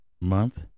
month